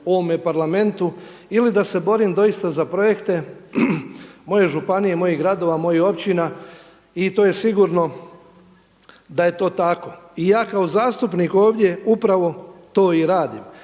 ovome Parlamentu ili da se borim doista za projekte moje županije i mojih gradova, mojih općina i to je sigurno da je to tako? I ja kao zastupnik ovdje upravo to i radim,